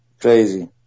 Crazy